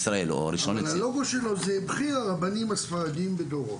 הלוגו שלו זה בכיר הרבנים הספרדים בדורו.